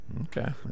Okay